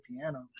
piano